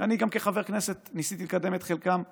שאני גם כחבר כנסת ניסיתי לקדם את חלקם בעבר,